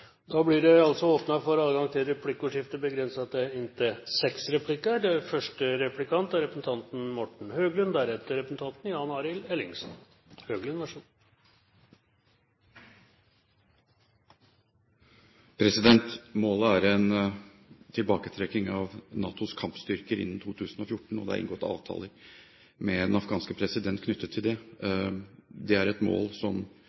Da blir det åpnet for replikkordskifte på – som nå vedtatt – inntil seks replikker. Målet er en tilbaketrekking av NATOs kampstyrker innen 2014 og det er inngått avtaler med den afghanske president knyttet til det. Det er et mål som